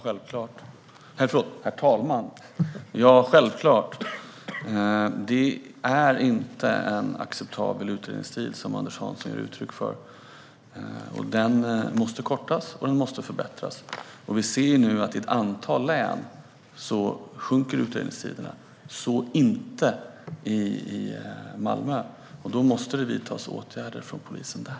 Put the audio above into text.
Herr talman! Ja, självklart kommer jag att göra det. Det är inte en acceptabel utredningstid som Anders Hansson ger uttryck för. Det måste bli en förbättring, och utredningstiderna måste minska. Vi ser nu i ett antal län att utredningstiderna har minskat, men inte i Malmö. Då måste det vidtas åtgärder från polisen där.